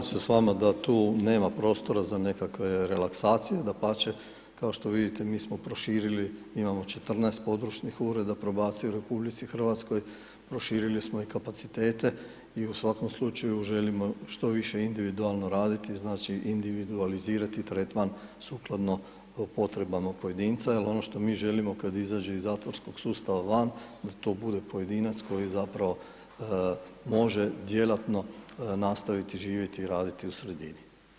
Pa slažem se s vama da tu nema prostora za nekakve relaksacije, dapače, kao što vidite, mi smo proširili, imamo 14 područnih ureda probacije u RH, prošili smo i kapacitete, mi u svakom slučaju želimo što više individualno raditi, znači individualizirati tretman sukladno potrebama pojedinca jer ono što mi želimo kad izađe iz zatvorskog sustava van, da to bude pojedinac koji zapravo može djelatno nastaviti živjeti i raditi u sredini.